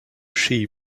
she